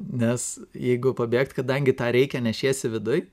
nes jeigu pabėgt kadangi tą reikia nešiesi viduj